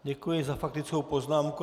Děkuji za faktickou poznámku.